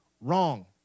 wrong